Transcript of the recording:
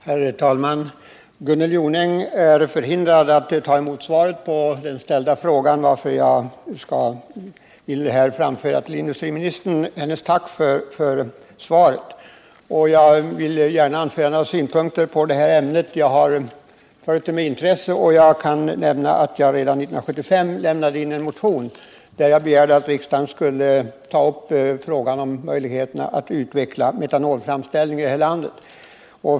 Herr talman! Gunnel Jonäng är förhindrad att ta emot svaret på den ställda frågan, varför jag vill framföra hennes tack för svaret till industriministern. Jag vill gärna anföra några synpunkter på det här ämnet. Jag har följt det med intresse. Redan 1975 väckte jag en motion, med begäran att riksdagen skulle ta upp frågan om möjligheterna att utveckla metanolframställning här i landet.